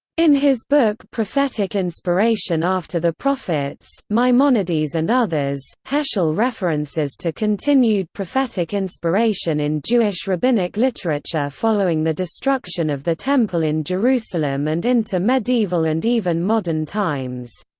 in his book prophetic inspiration after the prophets maimonides and others, heschel references to continued prophetic inspiration in jewish rabbinic literature following the destruction of the temple in jerusalem and into medieval and even modern times.